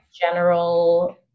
general